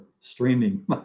streaming